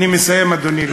אני שואל,